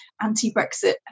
anti-Brexit